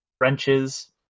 wrenches